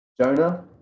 Jonah